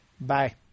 Bye